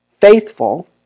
faithful